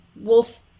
wolf